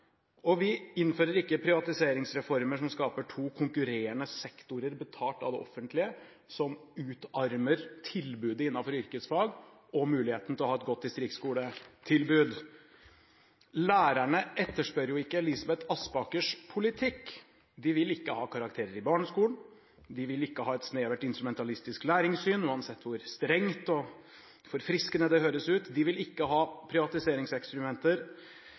lærerorganisasjonene. Vi innfører ikke privatiseringsreformer, som skaper to konkurrerende sektorer, betalt av det offentlige, som utarmer tilbudet innenfor yrkesfag og muligheten til å ha et godt distriktskoletilbud. Lærerne etterspør ikke Elisabeth Aspakers politikk. De vil ikke ha karakterer i barneskolen. De vil ikke ha et snevert, instrumentalistisk læringssyn, uansett hvor strengt og forfriskende det høres ut. De vil ikke ha privatiseringseksperimenter